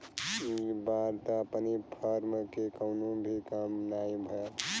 इ बार त अपनी फर्म के कवनो भी काम नाही भयल